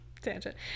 tangent